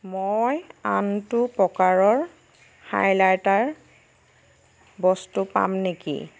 মই আনটো প্ৰকাৰৰ হাইলাইটাৰ বস্তু পাম নেকি